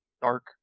Dark